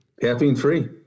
Caffeine-free